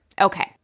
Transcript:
Okay